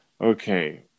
okay